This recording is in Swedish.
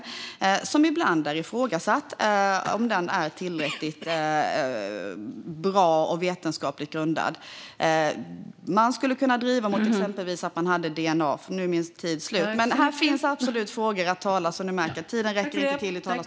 Det är ibland ifrågasatt om den är tillräckligt bra och vetenskapligt grundad. Man skulle kunna driva den i riktning där man exempelvis använder DNA. Som ni märker finns det absolut frågor att tala om, men min talartid här räcker inte till.